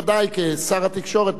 ודאי כשר התקשורת,